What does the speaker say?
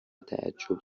تعجب